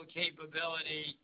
capability